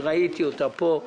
אני ראיתי אותה פה,